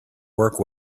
work